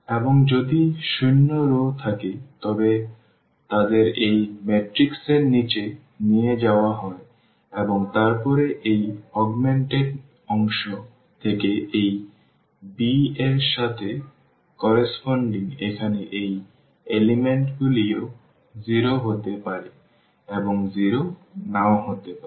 এবং যদি শূন্য রও থাকে তবে তাদের এই ম্যাট্রিক্স এর নীচে নিয়ে যাওয়া হয় এবং তারপরে এই অগমেন্টেড অংশ থেকে যা এই b এর সাথে সামঞ্জস্যপূর্ণ এখানে এই উপাদানগুলি 0 হতে পারে এবং 0 নাও হতে পারে